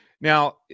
Now